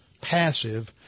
passive